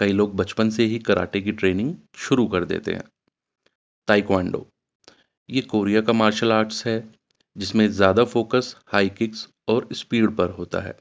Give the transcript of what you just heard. کئی لوگ بچپن سے ہی کراٹے کی ٹرینگ شروع کر دیتے ہیں تائیکوانڈو یہ کوریا کا مارشل آرٹس ہے جس میں زیادہ فوکس ہائی ککس اور اسپیڈ پر ہوتا ہے